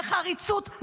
בחריצות,